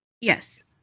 Yes